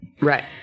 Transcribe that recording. Right